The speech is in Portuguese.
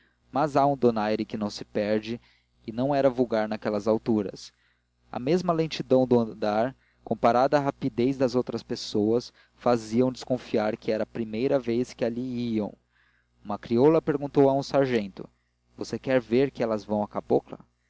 mas há um donaire que se não perde e não era vulgar naquelas alturas a mesma lentidão do andar comparada à rapidez das outras pessoas fazia desconfiar que era a primeira vez que ali iam uma crioula perguntou a um sargento você quer ver que elas vão